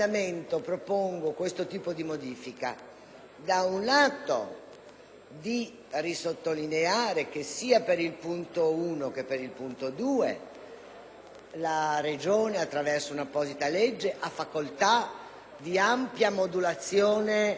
di sottolineare che sia per il punto n. 1 che per il punto n. 2 la Regione, attraverso un'apposita legge, ha facoltà di ampia modulazione e di manovra su questi tributi;